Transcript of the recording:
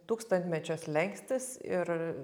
tūkstantmečio slenkstis ir